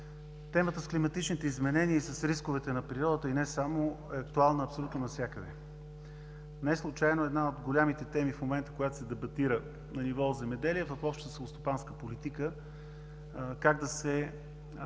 Темата с климатичните изменения и с рисковете на природата и не само е актуална абсолютно навсякъде. Неслучайно една от големите теми в момента, която се дебатира на ниво земеделие в Общата селскостопанска политика, е как да се